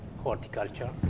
horticulture